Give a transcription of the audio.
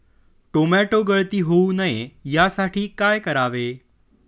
Tomato गळती होऊ नये यासाठी काय करावे?